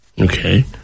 Okay